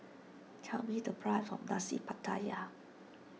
tell me the price of Nasi Pattaya